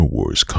Wars